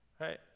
right